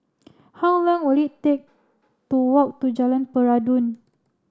how long will it take to walk to Jalan Peradun